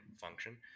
function